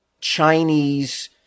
Chinese